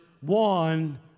one